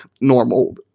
normal